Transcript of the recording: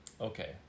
Okay